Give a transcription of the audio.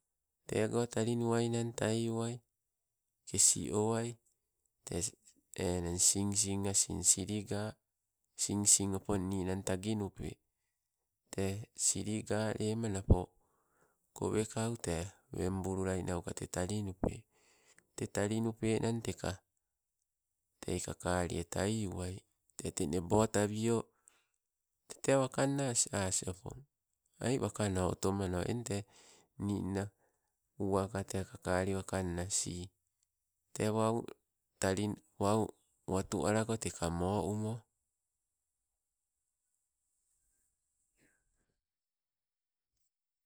Tego talinuwainna taiuwai, kesiowai tee enang sinsin asing, siliga asing opong ninang taginupe, tee siligalema napo kowekau tee, wembulaki nauka te talinupe. Tee talinupenna teka, tei kakalie tai uwai, te te nebotawio, tete wakanna as as opong ai wakano otomano eng tee ninna uwaka te kakalina sii te wau tali wau watu alako teka mo umo.